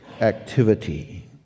activity